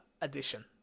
edition